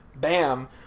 Bam